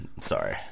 Sorry